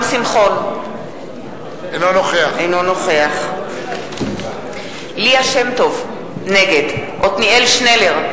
אינו נוכח ליה שמטוב, נגד עתניאל שנלר,